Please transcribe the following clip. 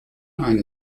eine